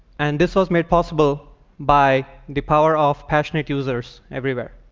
and this was made possible by the power of passionate users everywhere.